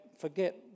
forget